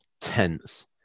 tense